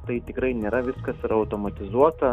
tai tikrai nėra viskas yra automatizuota